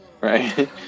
Right